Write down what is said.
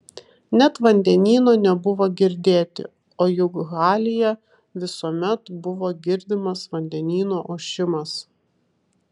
net vandenyno nebuvo girdėti o juk halyje visuomet buvo girdimas vandenyno ošimas